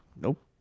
nope